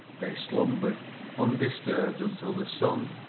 they slumbered undisturbed until the sun,